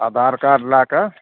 आधार कार्ड लैके